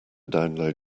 download